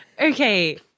Okay